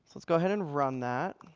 let's go ahead and run that.